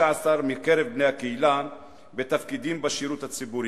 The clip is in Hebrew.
מקרב בני הקהילה בתפקידים בשירות הציבורי,